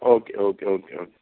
okay okay okay okay